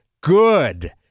good